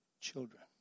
children